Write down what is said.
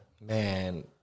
Man